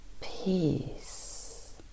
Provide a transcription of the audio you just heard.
peace